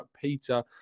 peter